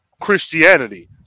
Christianity